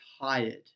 tired